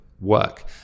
work